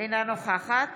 אינה נוכחת